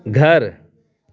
घर